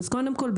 אז קודם כול,